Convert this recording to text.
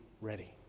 ready